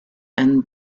and